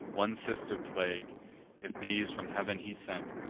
one sister plague if these from heav'n he sent,